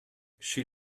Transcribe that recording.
she